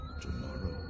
tomorrow